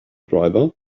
driver